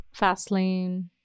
Fastlane